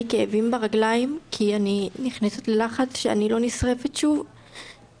כאבים ברגליים כי אני נכנסת ללחץ שאני לא נשרפת שוב,